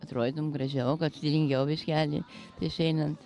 atrodytum gražiau kad stilingiau biškelį išeinant